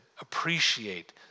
appreciate